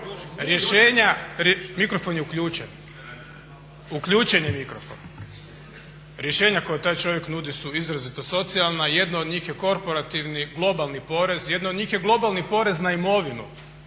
komunist. Kao što ni on nije neoliberal. Rješenja koja taj čovjek nudi su izrazito socijalna, jedno od njih je korporativni, globalni porez, jedno od njih je globalni porez na imovinu.